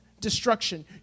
destruction